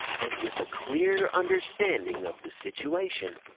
and with a clear understanding of the situation,